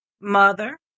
mother